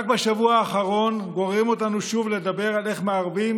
רק בשבוע האחרון גוררים אותנו שוב לדבר על איך מערבים